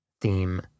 theme